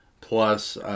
Plus